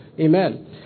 Amen